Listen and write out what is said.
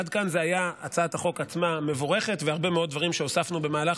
עד כאן זה היה הצעת החוק המבורכת עצמה והרבה מאוד דברים שהוספנו במהלך,